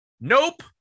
Nope